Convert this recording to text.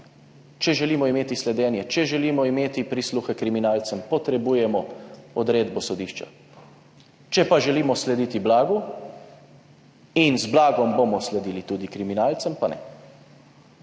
Če želimo imeti sledenje, če želimo imeti prisluhe kriminalcem, potrebujemo odredbo sodišča. Če pa želimo slediti blagu, in z blagom bomo sledili tudi kriminalcem, pa ne.